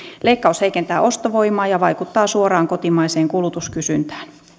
leikkaus heikentää ostovoimaa ja vaikuttaa suoraan kotimaiseen kulutuskysyntään